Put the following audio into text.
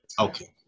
okay